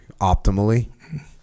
optimally